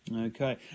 Okay